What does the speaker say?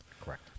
Correct